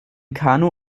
kanu